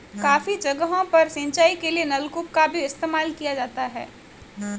काफी जगहों पर सिंचाई के लिए नलकूप का भी इस्तेमाल किया जाता है